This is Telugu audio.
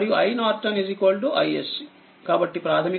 కాబట్టిప్రాథమికంగా RTh VTh iSC RN